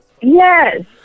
Yes